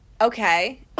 Okay